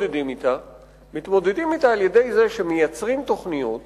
מתמודדים אתה על-ידי זה שמייצרים תוכניות,